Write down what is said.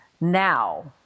now